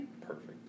Perfect